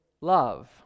love